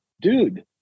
dude